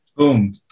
boom